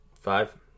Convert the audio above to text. Five